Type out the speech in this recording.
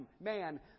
man